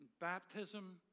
Baptism